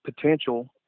potential